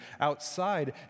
outside